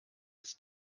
des